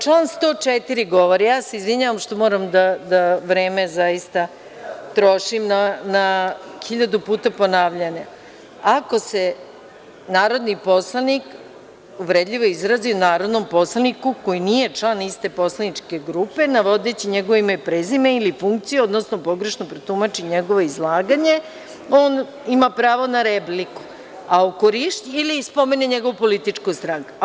Član 104. govori, ja se izvinjavam što moram da vreme trošim na hiljadu puta ponavljanja - Ako se narodni poslanik uvredljivo izrazi o narodnom poslaniku koji nije član iste poslaničke grupe navodeći njegovo ime i prezime ili funkciju, odnosno pogrešno protumači njegovo izlaganje, on ima pravo na repliku, ili spomene njegova politička stranka.